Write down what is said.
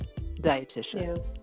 dietitian